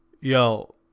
yo